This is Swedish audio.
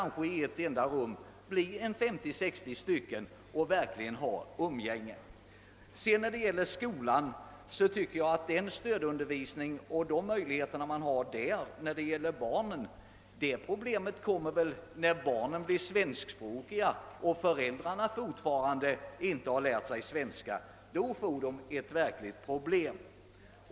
När grekerna ordnar en fest kan det i ett enda rum samlas 50 eller 60 personer som verkligen umgås med varandra. Problemet med stödundervisningen uppkommer först när barnen blivit svenskspråkiga och föräldrarna ännu inte lärt sig svenska, men då blir det verkligt stora problem.